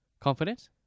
confident